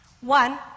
One